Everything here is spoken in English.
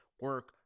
Work